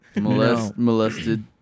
Molested